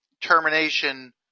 termination